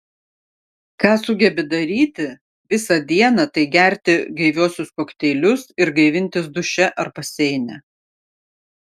ką sugebi daryti visą dieną tai gerti gaiviuosius kokteilius ir gaivintis duše ar baseine